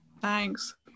thanks